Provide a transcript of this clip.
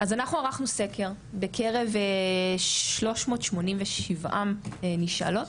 אז אנחנו ערכנו סקר בקרב 326 נשאלות,